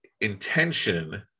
intention